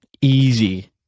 Easy